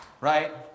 right